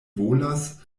volas